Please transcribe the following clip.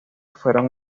fueron